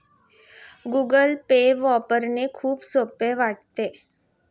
Google Pay वापरणे खूप सोपे वाटते